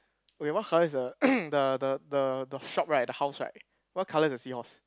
okay what colour is the the the the the shop right the house right what colour is the seahorse